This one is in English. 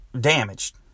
damaged